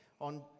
on